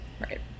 right